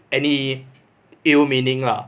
any ill meaning lah